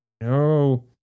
No